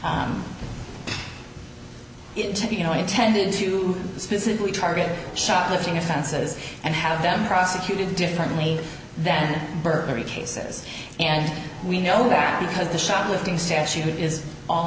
the you know it tended to specifically target shoplifting offenses and have them prosecuted differently than burglary cases and we know that because the shoplifting statute is all